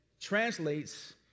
translates